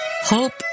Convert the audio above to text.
hope